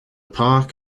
park